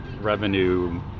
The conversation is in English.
revenue